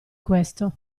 questo